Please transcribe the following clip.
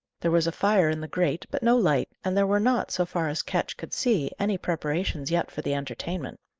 there was a fire in the grate, but no light, and there were not, so far as ketch could see, any preparations yet for the entertainment.